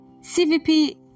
CVP